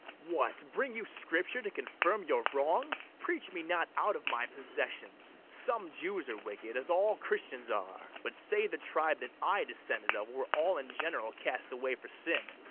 what, bring you scripture to confirm your wrongs? preach me not out of my possessions. some jews are wicked, as all christians are but say the tribe that i descended of were all in general cast away for sin,